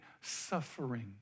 suffering